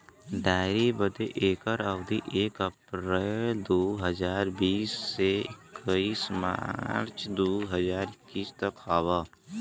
dairy बदे एकर अवधी एक अप्रैल दू हज़ार बीस से इकतीस मार्च दू हज़ार इक्कीस तक क हौ